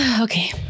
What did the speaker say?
Okay